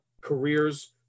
careers